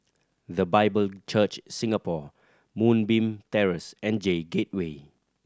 The Bible Church Singapore Moonbeam Terrace and J Gateway